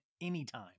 anytime